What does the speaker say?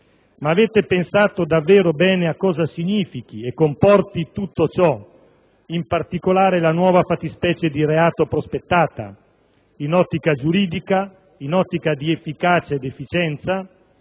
Ma avete pensato davvero bene a cosa significhi e comporti tutto ciò, in particolare la nuova fattispecie di reato prospettata, in ottica giuridica, in ottica di efficacia e di efficienza,